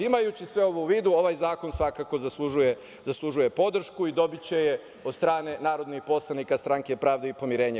Imajući sve ovo u vidu, ovaj zakon svakako zaslužuje podršku i dobiće je od strane narodnih poslanika Stranke pravde i pomirenja.